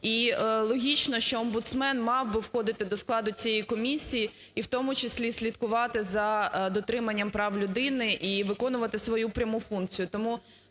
І логічно, що омбудсмен мав би входити до складу цієї комісії, і в тому числі слідкувати за дотриманням прав людини і виконувати свою пряму функцію.